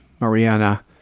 Mariana